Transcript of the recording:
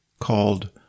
called